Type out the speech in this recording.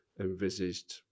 envisaged